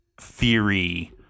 theory